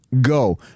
go